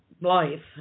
life